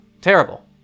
Terrible